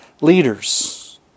leaders